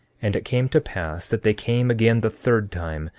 and it came to pass that they came again the third time,